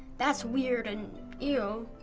that's weird and ew.